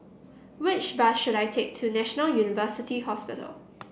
which bus should I take to National University Hospital